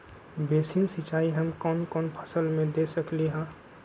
Basin सिंचाई हम कौन कौन फसल में दे सकली हां?